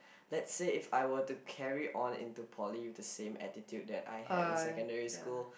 let's say if I were to carry on into poly with the same attitude that I had in secondary school